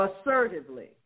assertively